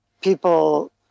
people